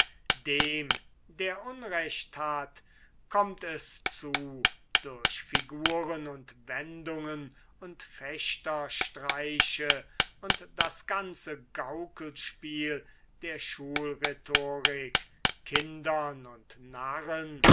dem der unrecht hat kommt es zu durch figuren und wendungen und fechterstreiche und das ganze gaukelspiel der schulrhetorik kindern und narren